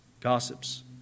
gossips